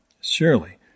Surely